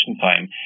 time